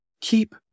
keep